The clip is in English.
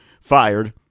fired